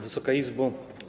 Wysoka Izbo!